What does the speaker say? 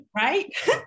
Right